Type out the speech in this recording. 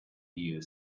you